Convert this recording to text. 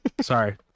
Sorry